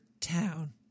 Town